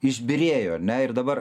išbyrėjo ar ne ir dabar